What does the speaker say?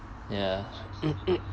ya